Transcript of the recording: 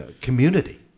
community